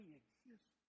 exist